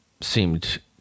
seemed